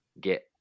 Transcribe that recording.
get